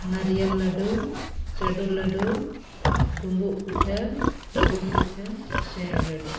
ᱱᱟᱨᱤᱭᱚ ᱞᱟᱹᱩ ᱪᱟᱹᱰᱩ ᱞᱟᱹᱰᱩ ᱰᱩᱸᱵᱩᱜ ᱯᱤᱴᱷᱟᱹ ᱜᱩᱲ ᱯᱤᱴᱷᱟᱹ ᱥᱚᱭᱚᱝ ᱞᱟᱹᱰᱩ